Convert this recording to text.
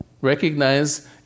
Recognize